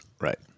Right